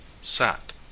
sat